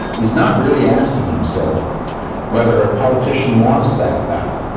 he's not really asking himself whether a politician wants that battle.